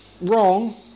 wrong